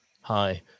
Hi